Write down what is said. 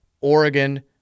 Oregon